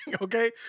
Okay